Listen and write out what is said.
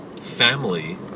family